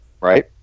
Right